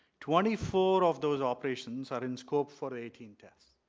twenty four of those operations are in scope for eighteen test.